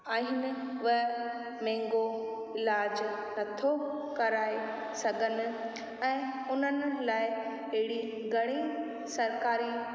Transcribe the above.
आहिनि व महांगो इलाजु नथो कराए सघनि ऐं उन्हनि लाइ अहिड़ी घणेई सरकारी